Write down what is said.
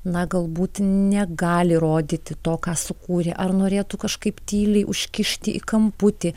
na galbūt negali įrodyti to ką sukūrė ar norėtų kažkaip tyliai užkišti į kamputį